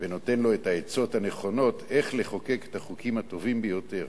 ונותן לו את העצות הנכונות איך לחוקק את החוקים הטובים ביותר.